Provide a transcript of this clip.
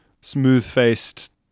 smooth-faced